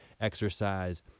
exercise